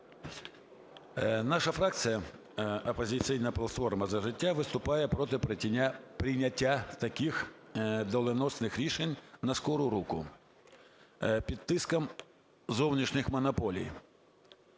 Наша фракція "Опозиційна платформа - За життя" виступає проти прийняття таких доленосних рішень на скору руку, під тиском зовнішніх монополій.